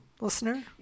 listener